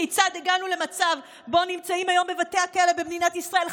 כיצד הגענו למצב שבו נמצאים היום בבתי הכלא 5,000,